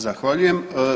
Zahvaljujem.